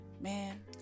man